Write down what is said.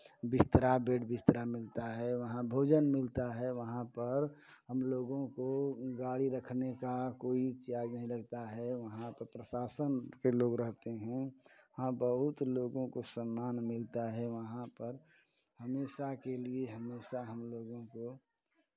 बिस्तरा बेड बिस्तरा मिलता है वहाँ भोजन मिलता है वहाँ पर हम लोगों को गाड़ी रखने का कोई चार्ज़ नहीं लगता है वहाँ पे प्रशासन के लोग रहते हैं हाँ बहुत लोगों को सम्मान मिलता है वहाँ पर हमेशा के लिए हमेशा हम लोगों को